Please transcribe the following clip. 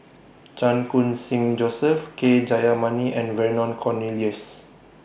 Chan Khun Sing Joseph K Jayamani and Vernon Cornelius